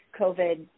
COVID